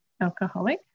alcoholic